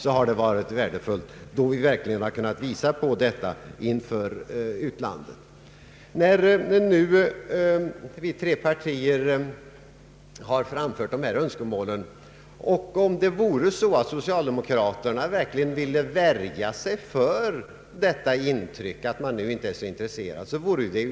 När vi nu från tre partier har framfört dessa önskemål vore det naturligt att man tillsatte denna utredning, om socialdemokraterna verkligen ville motverka intrycket att de inte är så intresserade.